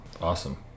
Awesome